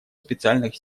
специальных